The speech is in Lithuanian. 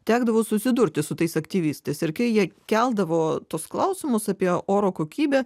tekdavo susidurti su tais aktyvistais ir kai jie keldavo tuos klausimus apie oro kokybę